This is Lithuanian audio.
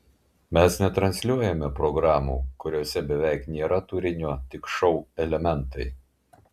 mes netransliuojame programų kuriose beveik nėra turinio tik šou elementai